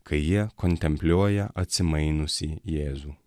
kai jie kontempliuoja atsimainiusį jėzų